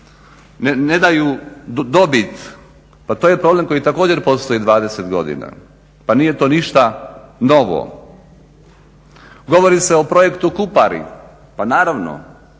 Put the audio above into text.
ne daju dobit pa to je problem koji također postoji 20 godina. Pa nije to ništa novo. Govori se o projektu "Kupari", pa naravno